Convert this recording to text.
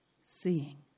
seeing